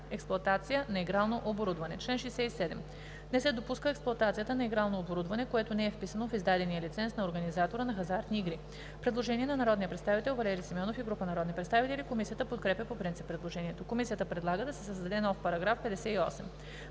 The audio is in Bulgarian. „Експлоатация на игрално оборудване Чл. 67. Не се допуска експлоатацията на игрално оборудване, което не е вписано в издадения лиценз на организатора на хазартни игри.“ Предложение на народния представител Валери Симеонов и група народни представители. Комисията подкрепя по принцип предложението. Комисията предлага да се създаде нов § 58: „§ 58.